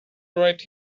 right